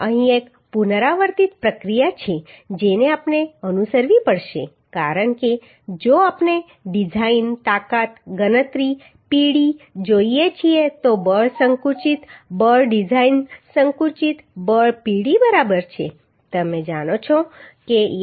અહીં એક પુનરાવર્તિત પ્રક્રિયા છે જેને આપણે અનુસરવી પડશે કારણ કે જો આપણે ડિઝાઇન તાકાત ગણતરી Pd જોઈએ છીએ તો બળ સંકુચિત બળ ડિઝાઇન સંકુચિત બળ Pd બરાબર છે તમે જાણો છો કે Ae માં fcd